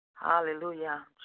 Hallelujah